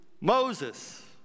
Moses